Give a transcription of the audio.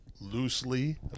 loosely